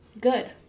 good